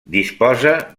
disposa